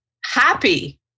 happy